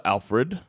Alfred